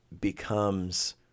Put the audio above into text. becomes